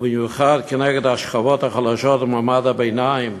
ובמיוחד נגד השכבות החלשות ומעמד הביניים,